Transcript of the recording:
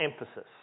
emphasis